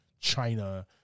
China